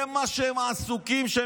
זה מה שהם עסוקים בו,